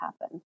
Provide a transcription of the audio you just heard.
happen